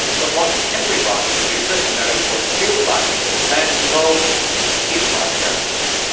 but one contemporary writer producer who knows what it feels like to get the fans involved is mike jones.